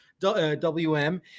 WM